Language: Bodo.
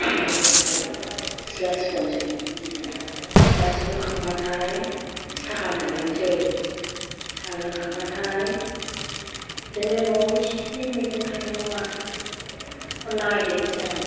माबानोसै सिथ्ला सिबहरनोसै सिथ्ला सिबहरखांबाथाय साहा मोनलोंनोसै साहा लोंखांबाथाय बिदिनो न'आव एसे एनै मैगं थाइगं दं आरो बेखौ नागिरनोसै आं